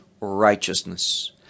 righteousness